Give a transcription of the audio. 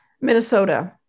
Minnesota